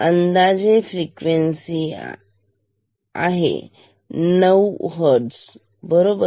अंदाजे फ्रिक्वेन्सी आहे 9 हर्टझ बरोबर